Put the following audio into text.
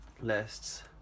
lists